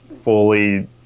fully